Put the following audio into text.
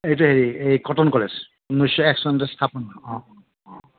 এইটো হেৰি এই কটন কলেজ ঊনৈছশ এক চনতে স্থাপন হোৱা অঁ অঁ অঁ